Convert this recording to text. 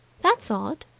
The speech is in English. that's odd.